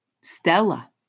Stella